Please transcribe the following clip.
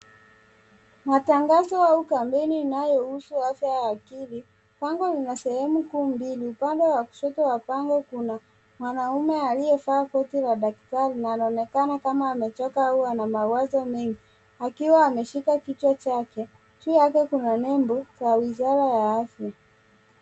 Matangazo au kampeni inayohusu afya ya akili, bango ina sehemu kuu mbili pande pande wa kushoto wa bango kuna mwanaume aliyevaa koti la daktari na anaonekana kama amechoka au ana mawazo mengi akiwa ameshika kichwa chake. Juu yake kuna nembo ya wizara ya afya.